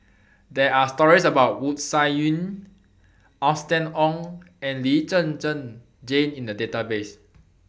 There Are stories about Wu Tsai Yen Austen Ong and Lee Zhen Zhen Jane in The Database